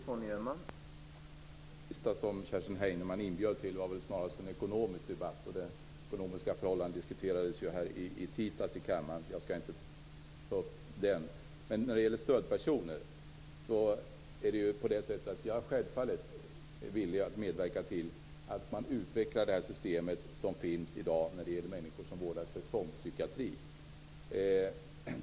Herr talman! Det som Kerstin Heinemann sade sist inbjöd snarast till en ekonomisk debatt. De ekonomiska förhållandena diskuterades i kammaren i tisdags, så jag skall inte ta upp den diskussionen. När det gäller stödpersoner kan jag säga att jag självfallet är villig att medverka till att man utvecklar det system som finns i dag för människor som vårdas inom tvångspsykiatrin.